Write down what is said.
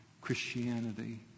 Christianity